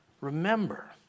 remember